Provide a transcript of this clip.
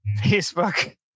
Facebook